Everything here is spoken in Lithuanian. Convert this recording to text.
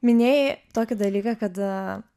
minėjai tokį dalyką kad